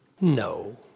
No